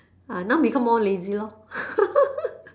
ah now become more lazy lor